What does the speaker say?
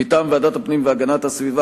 מטעם ועדת הפנים והגנת הסביבה,